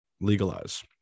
legalize